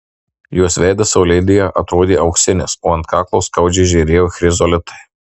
jos veidas saulėlydyje atrodė auksinis o ant kaklo skaudžiai žėrėjo chrizolitai